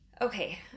Okay